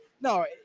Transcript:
no